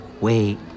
Wait